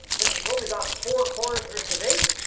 but if you've only got four cores versus eight,